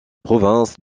province